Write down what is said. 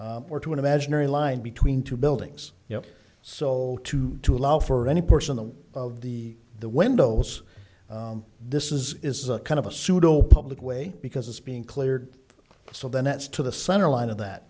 way or to an imaginary line between two buildings you know so to to allow for any portion of the of the the windows this is is a kind of a pseudo public way because it's being cleared so the nets to the center line of that